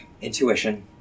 intuition